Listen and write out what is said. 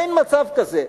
אין מצב כזה,